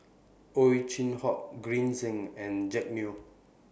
Ow Chin Hock Green Zeng and Jack Neo